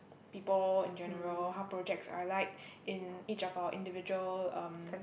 people in general how projects I like in each of our individual um